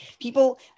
People